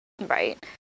right